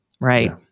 right